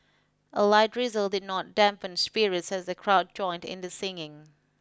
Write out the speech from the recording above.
a light drizzle did not dampen spirits as the crowd joined in the singing